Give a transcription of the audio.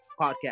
Podcast